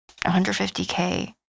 150K